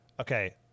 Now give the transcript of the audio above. okay